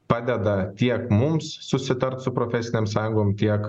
padeda tiek mums susitart su profesinėm sąjungom tiek